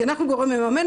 כי אנחנו הגורם המממן,